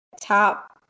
top